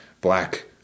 black